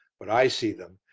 but i see them,